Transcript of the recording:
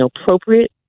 appropriate